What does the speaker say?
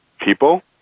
people